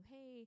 Hey